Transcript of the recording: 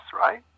right